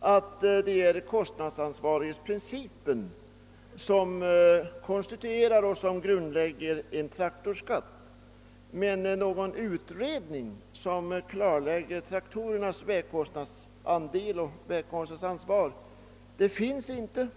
att kostnadsansvarighetsprincipen konstituerar en sådan skatt. Men någon utredning som klarlägger traktorernas vägkostnadsandel och vägkostnadsansvar finns inte.